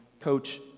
coach